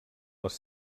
les